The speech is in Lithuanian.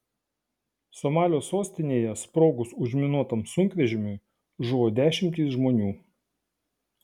somalio sostinėje sprogus užminuotam sunkvežimiui žuvo dešimtys žmonių